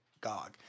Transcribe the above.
Gog